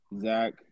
Zach